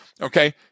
Okay